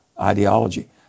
ideology